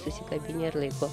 susikabinę ir laiko